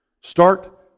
start